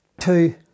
two